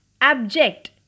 abject